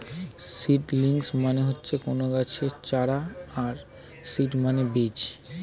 seedlings মানে হচ্ছে কোনো গাছের চারা আর সিড মানে বীজ